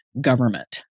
government